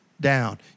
down